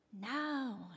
Now